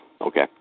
okay